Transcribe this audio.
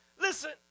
Listen